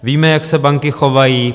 Víme, jak se banky chovají.